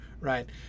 right